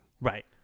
Right